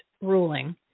ruling